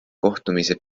kohtumise